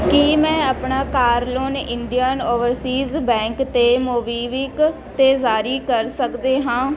ਕੀ ਮੈਂ ਆਪਣਾ car loan Indian overseas bank ਅਤੇ ਮੋਬੀਵਿਕ 'ਤੇ ਜ਼ਾਰੀ ਕਰ ਸਕਦੇ ਹਾਂ